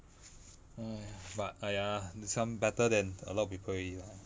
but !aiya! this one better than a lot of people already lah